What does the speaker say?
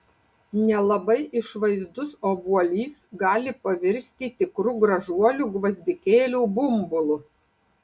nelabai išvaizdus obuolys gali pavirsti tikru gražuoliu gvazdikėlių bumbulu